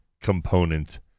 component